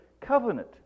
covenant